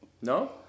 No